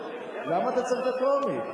למה אתה צריך את הטרומית?